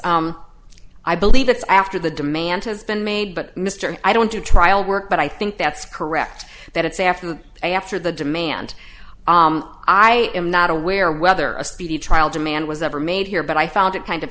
it's i believe that's after the demand has been made but mr i don't do trial work but i think that's correct that it's after that after the demand i am not aware whether a speedy trial demand was ever made here but i found it kind of